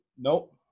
Nope